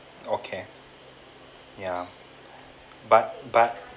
okay ya but but